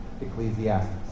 Ecclesiastes